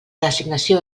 designació